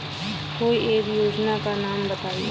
कोई एक योजना का नाम बताएँ?